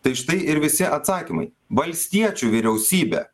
tai štai ir visi atsakymai valstiečių vyriausybė